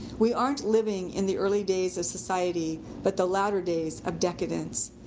we aren't living in the early days of society, but the latter days of decadence.